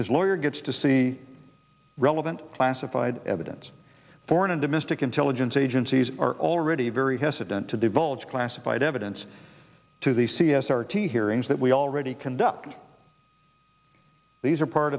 his lawyer gets to see relevant classified evidence foreign and domestic intelligence agencies are already very hesitant to divulge classified evidence to the c s r to hearings that we already conduct these are part